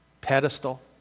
pedestal